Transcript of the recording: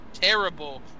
terrible